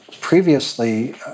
previously